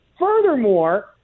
Furthermore